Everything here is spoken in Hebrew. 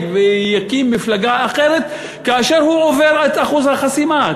ויקים מפלגה אחרת כאשר הוא עובר את אחוז החסימה.